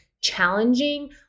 challenging